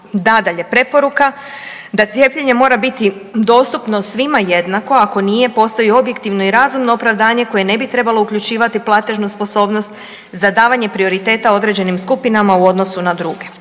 Nadalje, preporuka da cijepljenje mora biti dostupno svima jednako, ako nije, postoji objektivno i razumno opravdanje koje ne bi trebalo uključivati platežnu sposobnost za davanje prioriteta određenim skupinama u odnosu na druge.